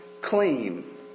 clean